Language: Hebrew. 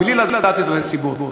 בלי לדעת את הנסיבות.